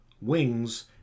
wings